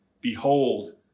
Behold